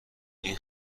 این